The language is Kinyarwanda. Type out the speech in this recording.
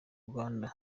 uganda